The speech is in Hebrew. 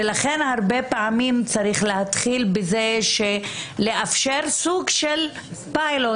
ולכן הרבה פעמים צריך להתחיל בזה שמאפשרים סוג של פיילוט